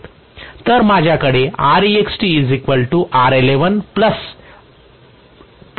तर माझ्याकडे असणार आहे